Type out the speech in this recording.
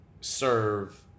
serve